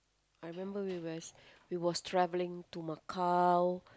I remember we was we was travelling to Macau